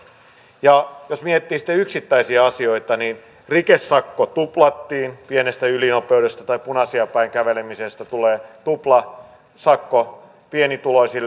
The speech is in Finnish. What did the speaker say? jos miettii sitten yksittäisiä asioita niin rikesakko tuplattiin pienestä ylinopeudesta tai punaisia päin kävelemisestä tulee tuplasakko pienituloisille